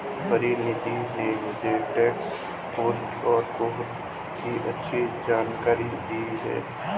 परिनीति ने मुझे tax pros और कोन्स की अच्छी जानकारी दी है